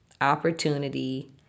opportunity